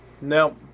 No